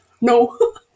No